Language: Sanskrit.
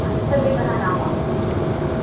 हस्तभेदः नाम